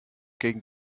gegen